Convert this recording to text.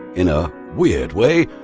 in a weird way,